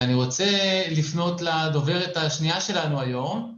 אני רוצה לפנות לדוברת השנייה שלנו היום.